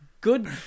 good